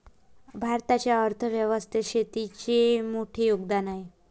भारताच्या अर्थ व्यवस्थेत शेतीचे मोठे योगदान आहे